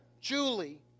Julie